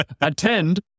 attend